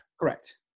Correct